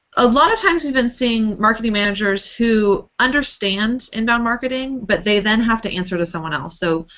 a lot of times we've been seeing marketing managers who understand inbound marketing, but they then have to answer to someone else. so,